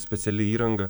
speciali įranga